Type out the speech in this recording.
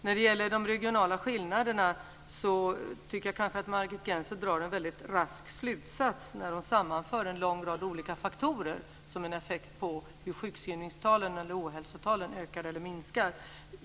När det gäller de regionala skillnaderna tycker jag kanske att Margit Gennser drar en väldigt rask slutsats när hon sammanför en lång rad olika faktorer som skulle ha effekt när det gäller hur sjukskrivningstalen eller ohälsotalen ökar eller minskar.